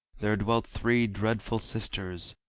there dwelt three dreadful sisters,